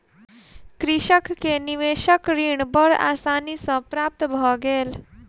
कृषक के निवेशक ऋण बड़ आसानी सॅ प्राप्त भ गेल